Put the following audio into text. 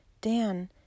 Dan